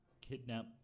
kidnap